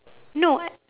no I